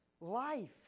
life